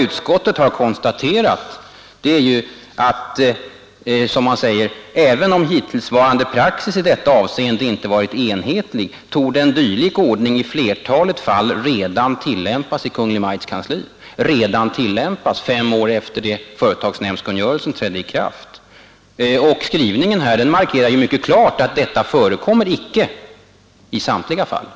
Utskottet säger: Även om hittillsvarande praxis i detta avseende inte varit enhetlig, torde en dylik ordning i flertalet fall redan tillämpas i Kungl. Maj:ts kansli. ”Redan tillämpas” — fem år efter det att företagskungörelsen trädde i kraft! Skrivningen här markerar mycket klart att detta icke förekommer i samtliga fall.